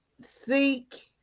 seek